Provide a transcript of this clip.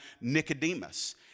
Nicodemus